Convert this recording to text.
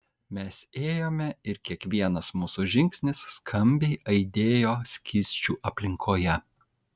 mes ėjome ir kiekvienas mūsų žingsnis skambiai aidėjo skysčių aplinkoje